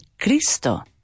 Cristo